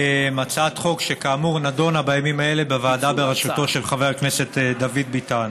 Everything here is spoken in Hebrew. הצעת חוק שכאמור נדונה בימים אלה בוועדה בראשותו של חבר הכנסת דוד ביטן.